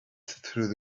through